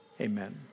Amen